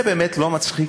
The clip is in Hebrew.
זה באמת לא מצחיק.